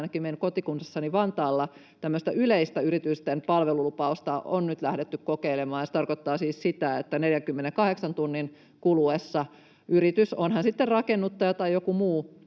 ainakin kotikunnassani Vantaalla tämmöistä yleistä yritysten palvelulupausta on nyt lähdetty kokeilemaan. Se tarkoittaa siis sitä, että 48 tunnin kuluessa yritys, on se sitten rakennuttaja tai joku muu